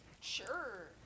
Sure